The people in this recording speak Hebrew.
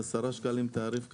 410 שקלים תעריף קיים,